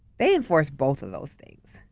they enforce both of those things.